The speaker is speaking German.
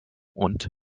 und